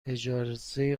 اجازه